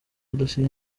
dosiye